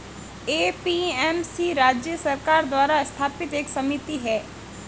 APMC राज्य सरकार द्वारा स्थापित एक समिति है